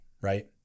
right